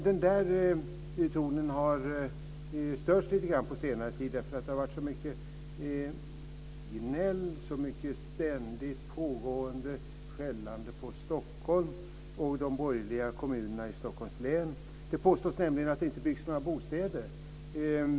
Men tonen har störts lite grann på senare tid, därför att det har varit så mycket gnäll och ständigt pågående skällande på Stockholm och de borgerliga kommunerna i Stockholms län. Det påstås nämligen att det inte byggs några bostäder.